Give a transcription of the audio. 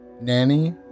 Nanny